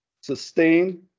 sustain